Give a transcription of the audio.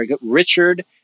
Richard